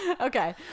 okay